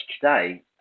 today